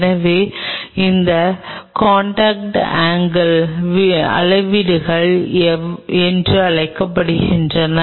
எனவே அது contact angle அளவீடுகள் என்று அழைக்கப்படுகிறது